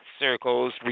circles